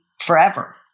forever